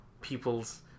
people's